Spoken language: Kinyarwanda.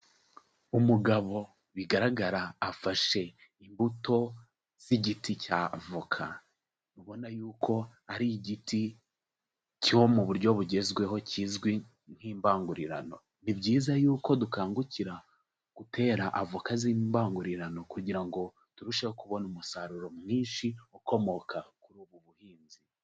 Umugabo bigaragara afashe imbuto z'igiti cy'avoka, ubona yuko ari igiti cyo mu buryo bugezweho kizwi nk'imbangurirano, ni byiza yuko dukangukira gutera avoka z'imbangurirano kugira ngo turusheho kubona umusaruro mwinshi ukomoka kuri ubu buhinzi.